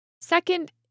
Second